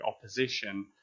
opposition